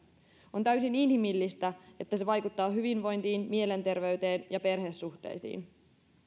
on täysin inhimillistä että se vaikuttaa hyvinvointiin mielenterveyteen ja perhesuhteisiin